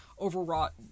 overwrought